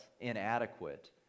inadequate